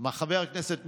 זיכרונו לברכה,